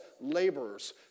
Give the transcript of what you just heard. laborers